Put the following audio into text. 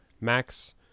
Max